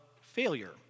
failure